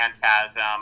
phantasm